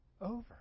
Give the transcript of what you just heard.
over